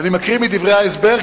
ואני מקריא מדברי ההסבר,